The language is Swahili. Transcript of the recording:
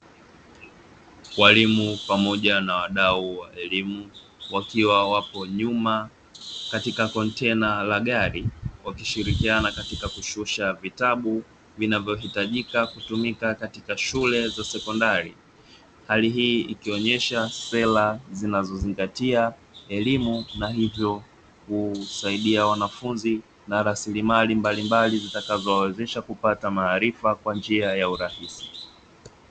Waalimu pamoja na wadau wa elimu wakiwa wapo nyuma katika kontena la gari wakishirikiana katika kushusha vitabu vinavyohitajika kutumika katika shule za sekondari. Hali hii ikionyesha sera zinazozingatia elimu na hivyo kusaidia wanafunzi na rasilimali mbalimbali zitakazowawezesha kupata maarifa kwa njia ya urahisi.